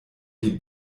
die